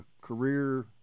career